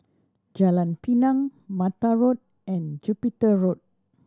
Jalan Pinang Mata Road and Jupiter Road